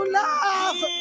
love